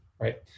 right